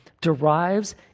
derives